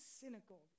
cynical